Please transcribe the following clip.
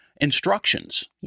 instructions